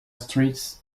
street